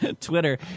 Twitter